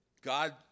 God